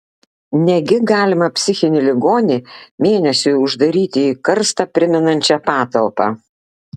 negi galima psichinį ligonį mėnesiui uždaryti į karstą primenančią patalpą